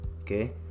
Okay